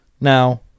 Now